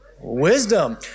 wisdom